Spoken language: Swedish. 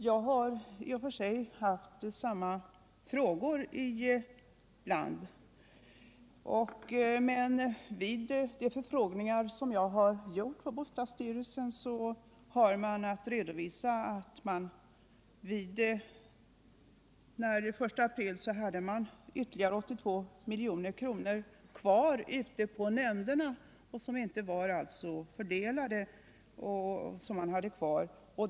Jag har emellertid vid förfrågningar på bostadsstyrelsen fått veta att nämnderna den 1 april hade 82 milj.kr. kvar.